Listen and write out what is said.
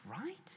right